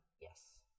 Yes